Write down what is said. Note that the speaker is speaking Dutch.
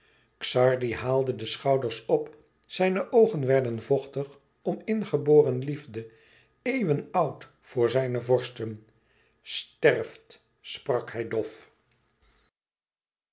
xardi haalde de schouders op zijne oogen werden vochtig om ingeboren liefde eeuwen oud voor zijne vorsten sterft sprak hij dof